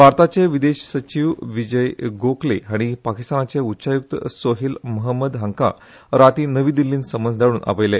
भारताचे विदेश सचिव विजय गोखले हाणी पाकिस्तानाचे उच्चायुक्त सोहेल महंमद हांका राती नवी दिल्लीत समन्स धाडुन आपयले